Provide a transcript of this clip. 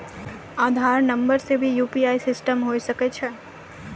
आधार नंबर से भी यु.पी.आई सिस्टम होय सकैय छै?